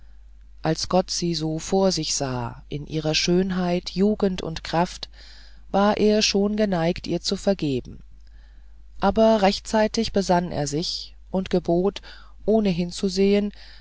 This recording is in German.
als gott sie so vor sich sah in ihrer schönheit jugend und kraft war er schon geneigt ihr zu vergeben aber rechtzeitig besann er sich und gebot ohne hinzusehen